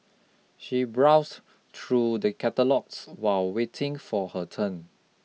she browse through the catalogues while waiting for her turn